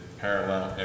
parallel